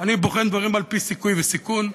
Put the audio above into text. אני בוחן דברים על-פי סיכוי וסיכון,